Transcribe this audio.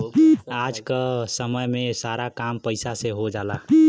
आज क समय में सारा काम पईसा से हो जाला